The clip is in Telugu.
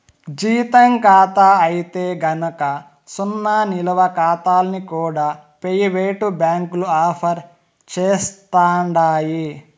జీతం కాతా అయితే గనక సున్నా నిలవ కాతాల్ని కూడా పెయివేటు బ్యాంకులు ఆఫర్ సేస్తండాయి